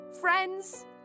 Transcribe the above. Friends